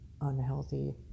unhealthy